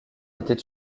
était